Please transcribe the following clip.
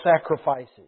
sacrifices